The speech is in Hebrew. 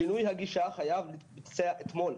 שינוי הגישה חייב להתבצע אתמול.